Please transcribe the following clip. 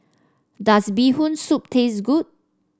does Bee Hoon Soup taste good